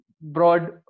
broad